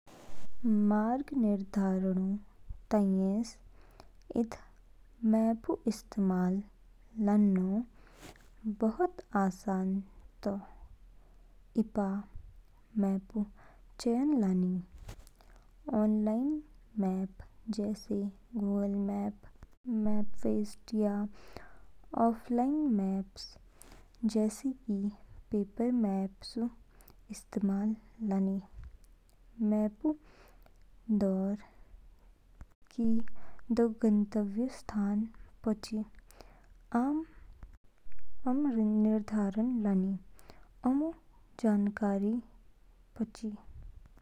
मार्ग निर्धारण ऊ ताइएस ईद मैप ऊ इस्तेमाल लाननौ बहुत आसान तौ। ईपा मैप ऊ चयन लानि |ऑनलाइन मैप्स जैसे गूगल मैप्स, मैपक्वेस्ट, या ऑफ़लाइन मैप्स जैसे कि पेपर मैप्स ऊ इस्तेमाल लानि। मैप ऊ दौर किध गंतव्य स्थान पोचि। औम निर्धारण लानि। औमु ऊ जानकारी पौचि।